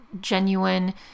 genuine